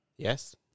Yes